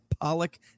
Pollock